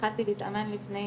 התחלתי להתאמן לפני